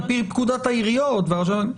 על פי פקודת העיריות והרשויות המקומיות.